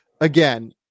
again